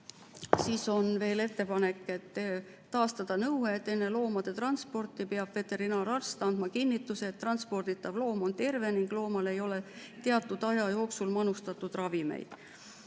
Siis on veel ettepanek taastada nõue, et enne loomade transporti peab veterinaararst andma kinnituse, et transporditav loom on terve ning loomale ei ole teatud aja jooksul manustatud ravimeid.